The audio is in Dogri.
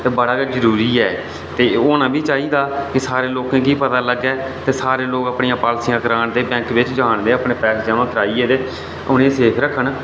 ते एह् बड़ा गै जरूरी ऐ ते एह् होना बी चाहिदा कि एह् सारें लोकें गी पता लग्गे ते सारे लोक अपनियां पॉलिसियां करान ते बैंक बिच्च जान दे ते अपने पैसे जमां कराइयै उ'नेंगी सेव रक्खन